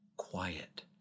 Quiet